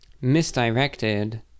misdirected